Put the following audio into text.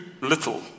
little